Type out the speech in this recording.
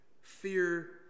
fear